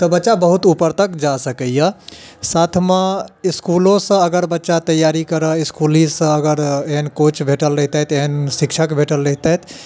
तऽ बच्चा बहुत ऊपर तक जा सकैया साथमे इसकुलो सऽ अगर बच्चा तैयारी करऽ इसकुल ही सँ अगर एहन कोच भेटल रहितैथ एहन शिक्षक भेटल रहितैथ